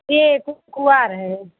एक कुवार है